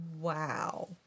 Wow